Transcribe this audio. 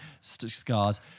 scars